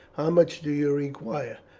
how much do you require?